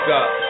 up